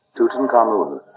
Tutankhamun